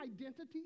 identity